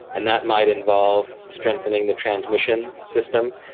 and that might involve strengthening the transmission system,